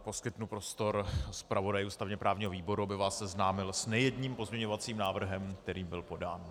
Poskytnu prostor zpravodaji ústavněprávního výboru, aby vás seznámil s nejedním pozměňovacím návrhem, který byl podán.